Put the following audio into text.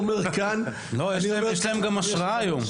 יש להם גם השראה היום,